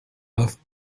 läuft